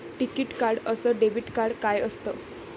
टिकीत कार्ड अस debit card काय असत?